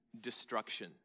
destruction